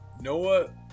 Noah